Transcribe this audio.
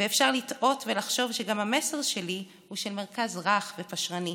ואפשר לטעות ולחשוב שגם המסר שלי הוא של מרכז רך ופשרני.